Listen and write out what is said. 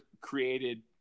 created